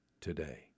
today